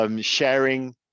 sharing